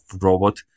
robot